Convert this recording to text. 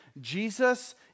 Jesus